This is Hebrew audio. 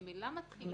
ממילא מתחילה